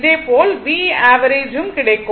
இதேபோல் V average ம் கிடைக்கும்